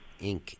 Inc